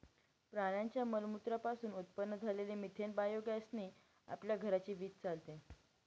प्राण्यांच्या मलमूत्रा पासून उत्पन्न झालेल्या मिथेन बायोगॅस ने आपल्या घराची वीज चालते